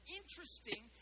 interesting